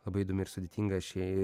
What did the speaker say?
labai įdomi ir sudėtinga ši